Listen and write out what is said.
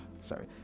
sorry